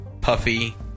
Puffy